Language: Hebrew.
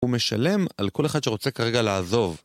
הוא משלם על כל אחד שרוצה כרגע לעזוב